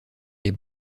les